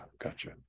gotcha